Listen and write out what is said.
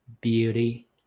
beauty